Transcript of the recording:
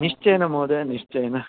निश्चयेन महोदय निश्चयेन